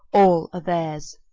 all are theirs.